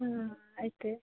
हँ एतै